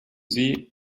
sie